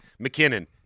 McKinnon